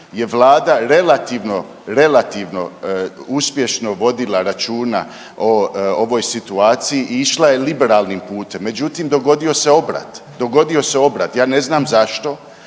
relativno uspješno vodila računa o ovoj situaciji i išla je liberalnim putem međutim dogodio se obrat, ja ne znam zašto